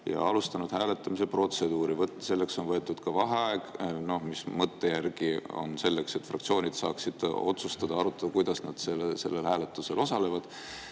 ja alustanud hääletamise protseduuri. On võetud ka vaheaeg, mis mõtte järgi on selleks, et fraktsioonid saaksid otsustada ja arutada, kuidas nad hääletusel osalevad.